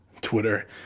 Twitter